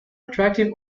attractive